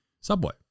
subway